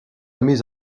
mise